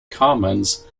commons